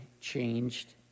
changed